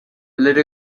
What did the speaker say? little